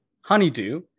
honeydew